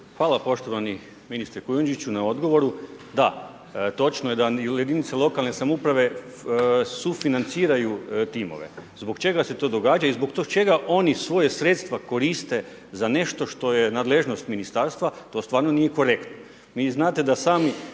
Hvala poštovani ministre Kujundžiću na odgovoru. Da, točno je da jedinice lokalne samouprave sufinanciraju timove. Zbog čega se to događa i zbog čega oni svoja sredstva koriste za nešto što je nadležnost Ministarstva, to stvarno nije korektno.